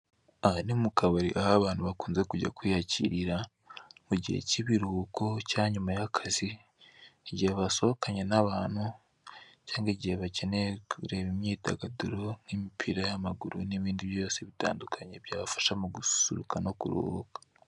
Aha ni mu kabari aho abantu bakunze kujya kwiyakirira mu gihe cy'ibiruhuko cyangwa nyuma y'akazi, igihe basohokanye n'abantu cyangwa igihe bakeneye kureba imyidagaduro nk'imipira y'amaguru n'ibindi byose bitandukanye, byabafasha mu gusuruka no kuruhuka.